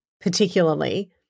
particularly